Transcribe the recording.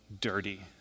dirty